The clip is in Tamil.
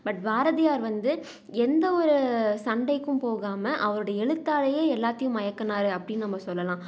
பட் பாரதியார் வந்து எந்த ஒரு சண்டைக்கும் போகாமல் அவருடைய எழுத்தாலேயே எல்லாத்தையும் மயக்கினாரு அப்படின்னு நம்ம சொல்லலாம்